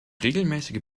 regelmäßige